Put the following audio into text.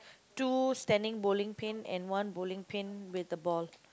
two standing bowling pin and one bowling pin with the ball